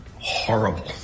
horrible